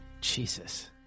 Jesus